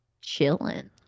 chilling